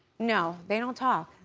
no, they don't talk,